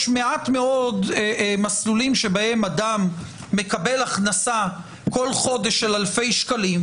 יש מעט מאוד מסלולים שבהם אדם מקבל הכנסה כל חודש של אלפי שקלים,